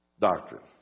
doctrine